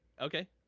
Okay